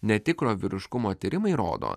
netikro vyriškumo tyrimai rodo